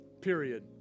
period